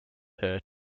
her